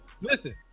listen